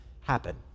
happen